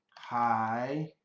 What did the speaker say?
hi,